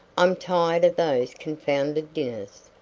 i'm tired of those confounded dinners.